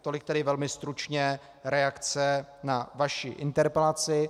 Tolik tedy velmi stručně reakce na vaši interpelaci.